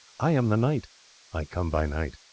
i am the knight i come by night,